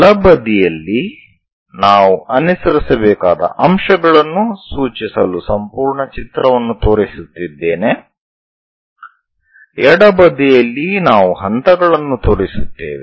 ಬಲಬದಿಯಲ್ಲಿ ನಾವು ಅನುಸರಿಸಬೇಕಾದ ಅಂಶಗಳನ್ನು ಸೂಚಿಸಲು ಸಂಪೂರ್ಣ ಚಿತ್ರವನ್ನು ತೋರಿಸುತ್ತಿದ್ದೇನೆ ಎಡ ಬದಿಯಲ್ಲಿ ನಾವು ಹಂತಗಳನ್ನು ತೋರಿಸುತ್ತೇವೆ